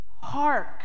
Hark